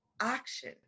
action